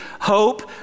hope